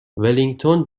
ولینگتون